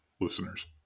listeners